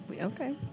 Okay